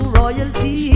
royalty